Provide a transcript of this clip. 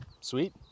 Sweet